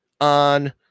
on